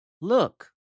Look